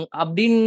abdin